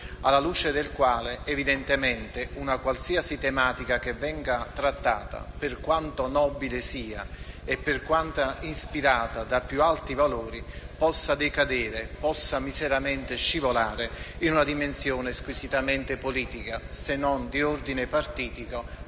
alla luce del quale, evidentemente, una qualsiasi tematica che venga trattata, per quanto nobile sia e per quanto ispirata da più alti valori, possa decadere, possa miseramente scivolare, in una dimensione squisitamente politica, se non di ordine partitico,